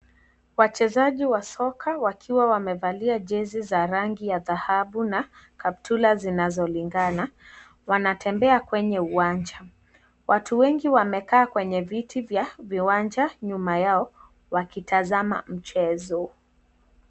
Wachezaji wa soka wakiwa wamevalia jezi za rangi ya dhahabu na kaptula zinazolingana. Wanatembea kwenye uwanja. Watu wengi wamekaa kwenye viti vya viwanja nyuma yao wakitazama mchezo.